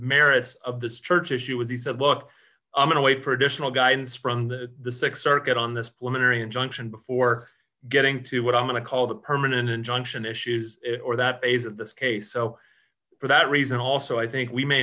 merits of this church issue with he said look i'm going to wait for additional guidance from the the six circuit on this pulmonary injunction before getting to what i'm going to call the permanent injunction issues or that phase of this case so for that reason also i think we may